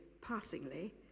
passingly